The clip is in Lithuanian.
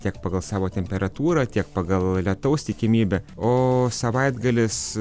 tiek pagal savo temperatūrą tiek pagal lietaus tikimybę o savaitgalis